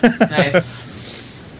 Nice